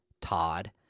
Todd